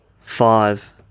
five